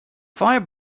fire